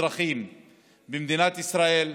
הצעת חוק שתשרת הרבה אזרחים במדינת ישראל.